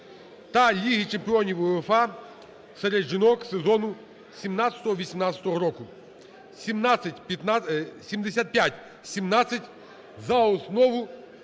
та Ліги чемпіонів УЄФА серед жінок сезону 2017-2018 року (7517) за основу